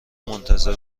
منتظر